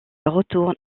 retourne